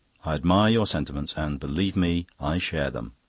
i admire your sentiments and, believe me, i share them.